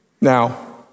Now